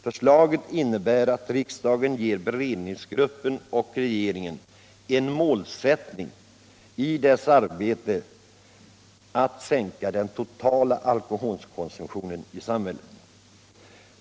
Förslaget innebär att riksdagen ger beredningsgruppen och regeringen en målsättning i arbetet för att sänka den totala alkoholkonsumtionen i samhället.